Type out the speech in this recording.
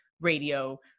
radio